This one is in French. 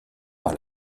par